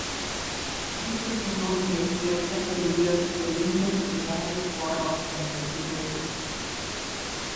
visą simbolinę fiestą palydėjo spalvingas drugelių formos konfeti lietus